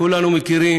כולנו יודעים